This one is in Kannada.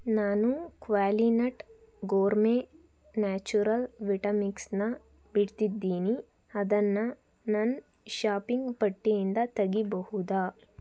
ನಾನು ಕ್ವಾಲಿನಟ್ ಗೋರ್ಮೆ ನ್ಯಾಚುರಲ್ ವಿಟಾ ಮಿಕ್ಸನ್ನು ಬಿಡ್ತಿದ್ದೀನಿ ಅದನ್ನು ನನ್ನ ಶಾಪಿಂಗ್ ಪಟ್ಟಿಯಿಂದ ತೆಗಿಬಹುದಾ